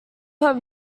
have